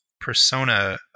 persona